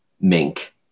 mink